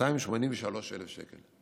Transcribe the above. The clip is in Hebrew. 283,000 שקל.